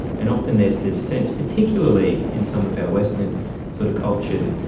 and often there is this sense, particularly in some of our western sort of cultures,